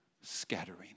scattering